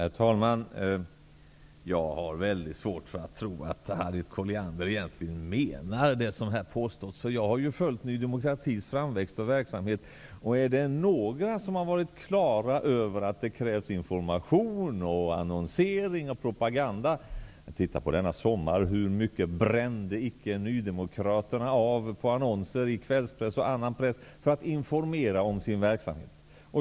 Herr talman! Jag har väldigt svårt att tro att Harriet Colliander egentligen menar det som hon här påstår. Jag har följt Ny demokratis framväxt och verksamhet. Är det någon som har haft klart för sig att det krävs information, annonsering och propaganda så är det Ny demokrati. Hur mycket brände inte Nydemokraterna av på annonser i kvällspress och övrig press under denna sommar för att informera om sin verksamhet?